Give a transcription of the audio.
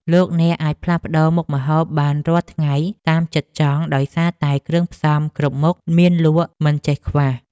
លោកអ្នកអាចផ្លាស់ប្តូរមុខម្ហូបបានរាល់ថ្ងៃតាមចិត្តចង់ដោយសារតែគ្រឿងផ្សំគ្រប់មុខមានលក់មិនចេះខ្វះ។